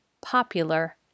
popular